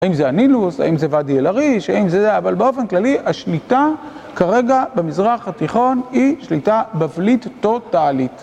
האם זה הנילוס, האם זה ואדי אל-עריש, האם זה זה, אבל באופן כללי השליטה כרגע במזרח התיכון היא שליטה בבלית טוטאלית.